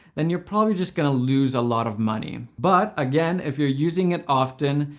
then you're probably just gonna lose a lot of money. but, again, if you're using it often,